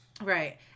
Right